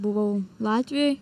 buvau latvijoj